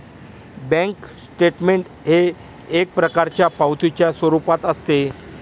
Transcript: bank statement हे एक प्रकारच्या पावतीच्या स्वरूपात असते